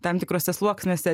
tam tikruose sluoksniuose